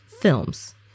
films